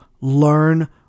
learn